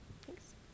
Thanks